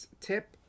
tip